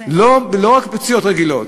לא רק פציעות רגילות.